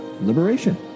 liberation